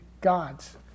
God's